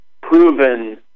proven